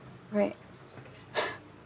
right